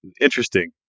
interesting